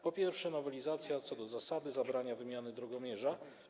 Po pierwsze, nowelizacja co do zasady zabrania wymiany drogomierza.